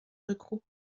regroupent